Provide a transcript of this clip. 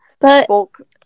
bulk